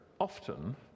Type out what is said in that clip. often